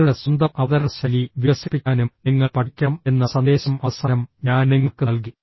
നിങ്ങളുടെ സ്വന്തം അവതരണശൈലി വികസിപ്പിക്കാനും നിങ്ങൾ പഠിക്കണം എന്ന സന്ദേശം അവസാനം ഞാൻ നിങ്ങൾക്ക് നൽകി